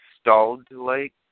stalled-like